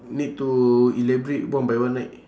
need to elaborate one by one right